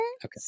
Okay